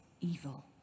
evil